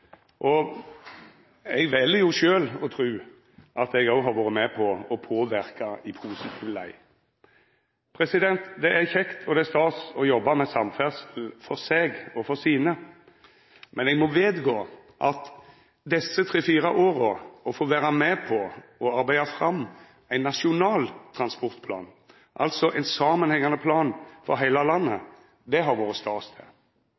regionen. Eg vel sjølv å tru at eg har vore med å påverka i positiv lei. Det er kjekt, og det er stas å jobba med samferdsel for seg og for sine, men eg må vedgå at å få vera med på å arbeida fram ein nasjonal transportplan desse tre–fire åra, altså ein samanhengande plan for heile